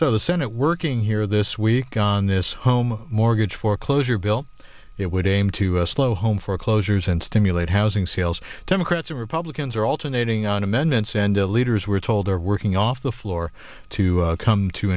so the senate working here this week on this home mortgage foreclosure bill it would aim to slow home foreclosures and stimulate housing sales democrats republicans are alternating on amendments and the leaders we're told are working off the floor to come to